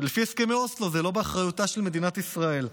לפי הסכמי אוסלו זה לא באחריותה של מדינת ישראל.